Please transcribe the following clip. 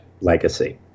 Legacy